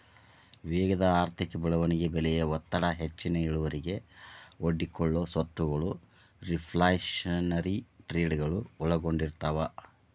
ವೇಗದ ಆರ್ಥಿಕ ಬೆಳವಣಿಗೆ ಬೆಲೆಯ ಒತ್ತಡ ಹೆಚ್ಚಿನ ಇಳುವರಿಗೆ ಒಡ್ಡಿಕೊಳ್ಳೊ ಸ್ವತ್ತಗಳು ರಿಫ್ಲ್ಯಾಶನರಿ ಟ್ರೇಡಗಳು ಒಳಗೊಂಡಿರ್ತವ